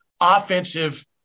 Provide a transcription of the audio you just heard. offensive